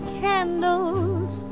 candles